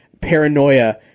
paranoia